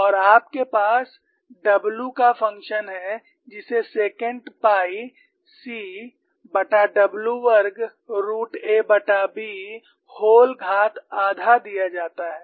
और आपके पास w का फंक्शन है जिसे सेकेंट पाई cW वर्ग रूट ab व्होल घात आधा दिया जाता है